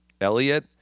Elliot